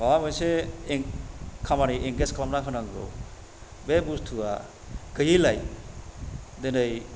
माबा मोनसे एंग खामानि एंगेज खालामना होनांगौ बे बुस्थुआ गैयिलाय दिनै